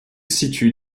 situe